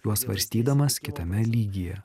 juos svarstydamas kitame lygyje